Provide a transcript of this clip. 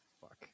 fuck